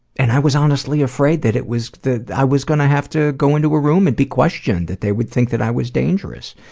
and i was honestly afraid that it was that i was gonna have to go into a room and be questioned, that they would think that i was dangerous.